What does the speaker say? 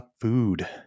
food